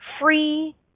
free